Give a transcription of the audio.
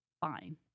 Fine